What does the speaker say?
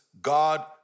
God